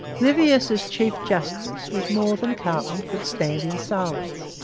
livius as chief justice was more than carleton could stand in silence.